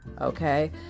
okay